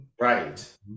right